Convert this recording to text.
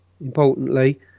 importantly